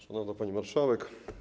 Szanowna Pani Marszałek!